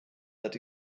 that